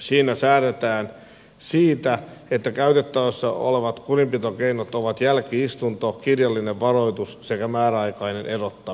siinä säädetään siitä että käytettävissä olevat kurinpitokeinot ovat jälki istunto kirjallinen varoitus sekä määräaikainen erottaminen